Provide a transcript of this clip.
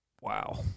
Wow